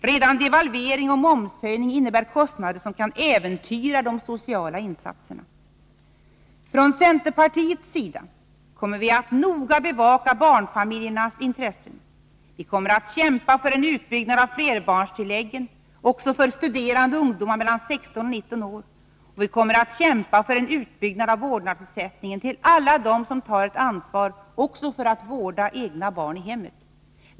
Redan devalvering och momshöjning innebär kostnader som kan äventyra de sociala insatserna. Från centerpartiets sida kommer vi att noga bevaka barnfamiljernas intresse. Vi kommer att kämpa för en utbyggnad av flerbarnstilläggen — också för studerande ungdomar mellan 16 och 19 år — och vi kommer att kämpa för en utbyggnad av vårdnadsersättningen till alla dem som tar ett ansvar också för att vårda egna barn i hemmet.